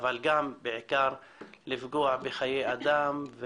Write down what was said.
אבל גם בעיקר לפגוע בחיי אדם,